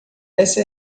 essa